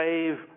Save